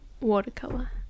watercolor